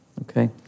Okay